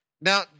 Now